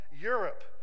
Europe